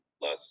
less